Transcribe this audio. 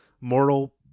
moral